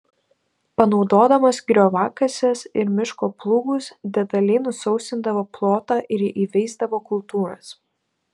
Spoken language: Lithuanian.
panaudodamas grioviakases ir miško plūgus detaliai nusausindavo plotą ir įveisdavo kultūras